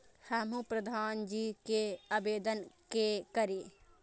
हमू प्रधान जी के आवेदन के करी?